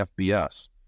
FBS